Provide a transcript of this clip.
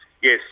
Yes